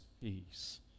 peace